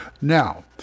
Now